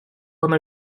она